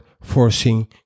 forcing